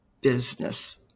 business